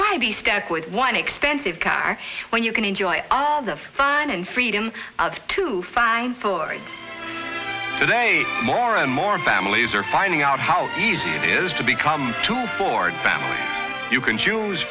why be stuck with one expensive car when you can enjoy all the fun and freedom of two fine ford today more and more families are finding out how easy it is to become to afford them when you can choose